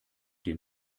den